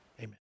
amen